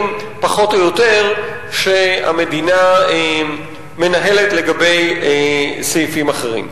פחות או יותר שהמדינה מנהלת לגבי סעיפים אחרים.